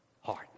heart